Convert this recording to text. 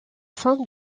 fin